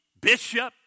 bishop